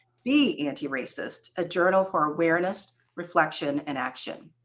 be anti-racist a journal for awareness, reflection, and action.